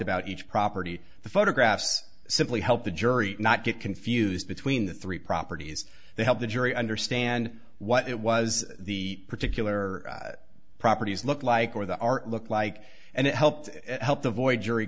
about each property the photographs simply help the jury not get confused between the three properties they help the jury understand what it was the particular properties look like or the art looked like and it helped helped avoid jury